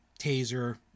taser